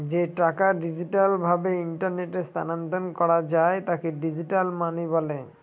যে টাকা ডিজিটাল ভাবে ইন্টারনেটে স্থানান্তর করা যায় তাকে ডিজিটাল মানি বলে